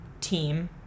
team